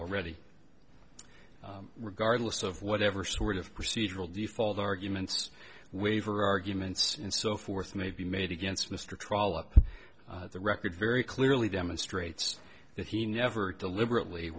already regardless of whatever sort of procedural default arguments waiver arguments and so forth may be made against mr trollop the record very clearly demonstrates that he never deliberately